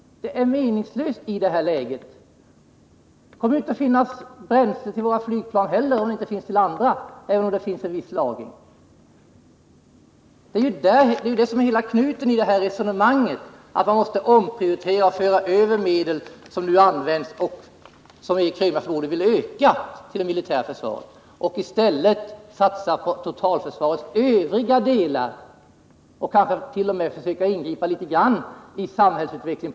Det är meningslöst att göra det i det här läget. Det kommer inte att finnas bränsle till våra flygplan heller, även om det finns en lagring. Det är detta som är grunden för resonemanget att vi måste omprioritera, föra över medel som nu används — och som Eric Krönmark vill öka — för det militära försvaret och i stället satsa på totalförsvarets övriga delar och kanske t.o.m. försöka ingripa mera aktivt i samhällsutvecklingen.